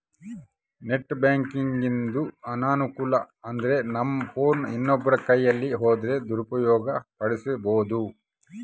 net ಬ್ಯಾಂಕಿಂಗಿಂದು ಅನಾನುಕೂಲ ಅಂದ್ರನಮ್ ಫೋನ್ ಇನ್ನೊಬ್ರ ಕೈಯಿಗ್ ಹೋದ್ರ ದುರುಪಯೋಗ ಪಡಿಸೆಂಬೋದು